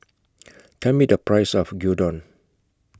Tell Me The Price of Gyudon